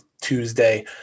Tuesday